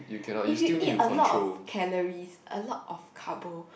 if you eat a lot of calories a lot of carbo